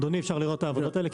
אדוני, אפשר לראות את העבודות האלה?